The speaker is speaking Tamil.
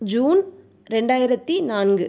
ஜூன் ரெண்டாயிரத்தி நான்கு